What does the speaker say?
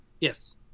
Yes